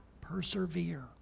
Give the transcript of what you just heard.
persevere